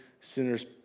sinners